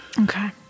Okay